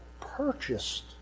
purchased